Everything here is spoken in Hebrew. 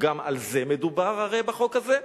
גם על זה מדובר הרי בחוק הזה.